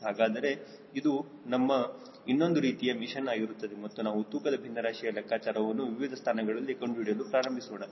ಹಾಗಾದರೆ ಇದು ನಮ್ಮ ಇನ್ನೊಂದು ರೀತಿಯ ಮಿಷನ್ ಆಗಿರುತ್ತದೆ ಮತ್ತು ನಾವು ತೂಕದ ಭಿನ್ನರಾಶಿಯ ಲೆಕ್ಕಾಚಾರವನ್ನು ವಿವಿಧ ಸ್ಥಾನಗಳಲ್ಲಿ ಕಂಡು ಹಿಡಿಯಲು ಪ್ರಾರಂಭಿಸೋಣ